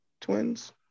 twins